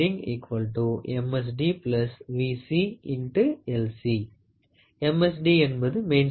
D Main Scale Division V